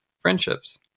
friendships